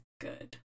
good